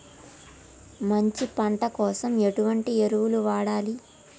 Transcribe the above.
మంచి పంట కోసం ఎటువంటి ఎరువులు వాడాలి?